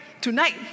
Tonight